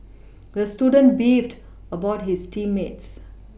the student beefed about his team mates